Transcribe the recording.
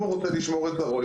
אם הוא רוצה לשמור את זרעו,